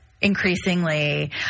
increasingly